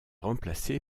remplacé